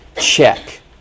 check